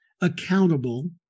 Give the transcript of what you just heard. accountable